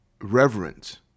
reverence